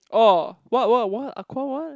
orh what what what aqua what